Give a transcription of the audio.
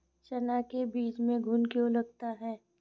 चना के बीज में घुन क्यो लगता है?